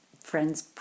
friend's